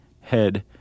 head